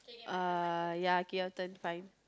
uh ya okay your turn fine